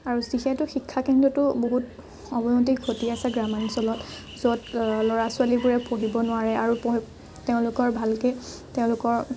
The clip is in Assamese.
আৰু যিহেতু শিক্ষা কেন্দ্ৰটো বহুত অৱনতি ঘটি আছে গ্ৰাম্য়াঞ্চলত য'ত ল'ৰা ছোৱালীবোৰে পঢ়িব নোৱাৰে আৰু তেওঁলোকৰ ভালকে তেওঁলোকৰ